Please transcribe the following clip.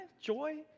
Joy